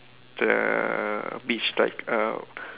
the beach like uh